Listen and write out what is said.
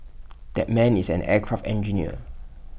that man is an aircraft engineer